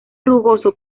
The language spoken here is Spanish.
rugoso